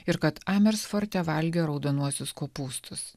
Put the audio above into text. ir kad amers forte valgė raudonuosius kopūstus